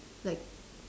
like